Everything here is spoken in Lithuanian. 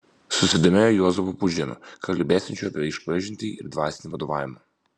susidomėjo juozapu pudžemiu kalbėsiančiu apie išpažintį ir dvasinį vadovavimą